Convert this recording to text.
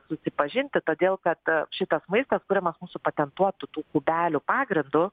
susipažinti todėl kad šitas maistas kuriamas mūsų patentuotų tų kubelių pagrindu